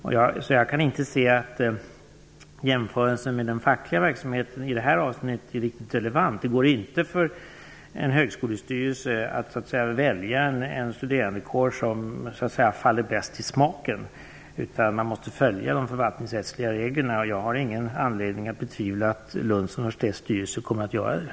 Jag kan därför inte se att jämförelsen med den fackliga verksamheten i det här avseendet är riktigt relevant. En högskolestyrelse kan inte välja en studentkår bara därför att denna så att säga faller den bäst i smaken, utan den måste följa de förvaltningsrättsliga reglerna. Jag har ingen anledning att betvivla att Lunds universitets styrelse kommer att göra det.